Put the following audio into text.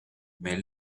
mais